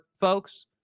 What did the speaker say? folks